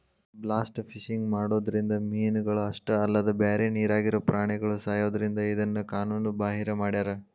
blast fishing ಮಾಡೋದ್ರಿಂದ ಮೇನಗಳ ಅಷ್ಟ ಅಲ್ಲದ ಬ್ಯಾರೆ ನೇರಾಗಿರೋ ಪ್ರಾಣಿಗಳು ಸಾಯೋದ್ರಿಂದ ಇದನ್ನ ಕಾನೂನು ಬಾಹಿರ ಮಾಡ್ಯಾರ